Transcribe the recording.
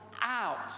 out